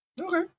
okay